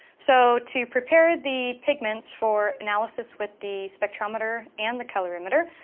so to prepare the pigments for analysis with the spectrometer and the colorimeter,